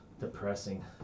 Depressing